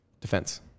Defense